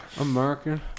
American